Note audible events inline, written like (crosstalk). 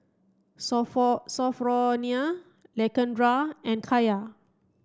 (unintelligible) Sophronia Lakendra and Kaya